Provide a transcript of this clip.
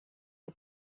que